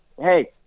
hey